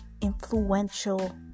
influential